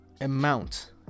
amount